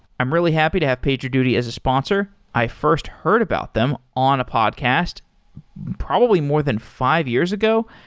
i'm really happy to have pager duty as a sponsor. i first heard about them on a podcast probably more than five years ago.